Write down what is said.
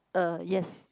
uh yes